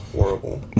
horrible